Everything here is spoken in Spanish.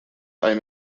hay